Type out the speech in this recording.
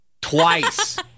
Twice